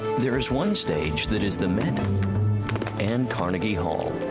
there is one stage that is the met and carnegie hall.